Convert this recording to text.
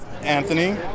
Anthony